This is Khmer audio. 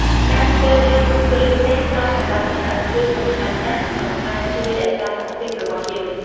ការជ្រើសរើសគ្រឿងទេសស្រស់សម្រាប់ចម្អិន គឺសំខាន់ណាស់ក្នុងការរជួយរក្សាសុខភាពរបស់យើង។